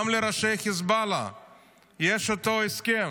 גם לראשי חיזבאללה יש אותו הסכם.